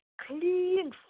clean